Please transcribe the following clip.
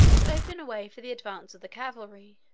to open a way for the advance of the cavalry,